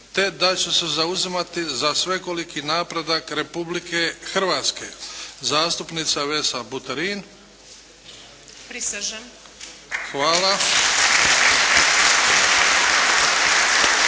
te da ću se zauzimati za svekoliki napredak Republike Hrvatske. Zastupnica Vesna Buterin. **Buterin,